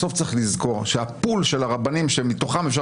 בסוף צריך לזכור שהפול של הרבנים שמתוכם אפשר